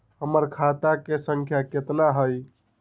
हमर खाता के सांख्या कतना हई?